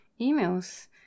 emails